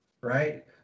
right